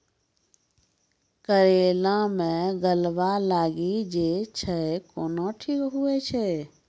करेला मे गलवा लागी जे छ कैनो ठीक हुई छै?